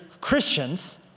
Christians